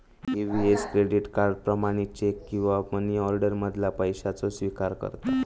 EVS credit card, प्रमाणित cheque किंवा money order मधना पैशाचो स्विकार करता